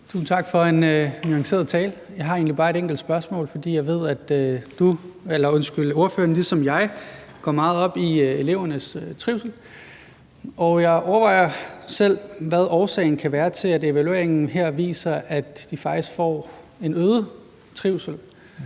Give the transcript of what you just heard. tak for en nuanceret tale. Jeg har egentlig bare et enkelt spørgsmål, for jeg ved, at ordføreren ligesom jeg går meget op i elevernes trivsel. Og jeg overvejer selv, hvad årsagen kan være til, at evalueringen her viser, at de faktisk får en øget trivsel.